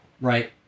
right